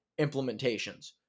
implementations